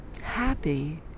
happy